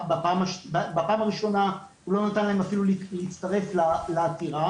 בפעם הראשונה, לא ניתן להם אפילו להצטרף לעתירה.